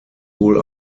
wohl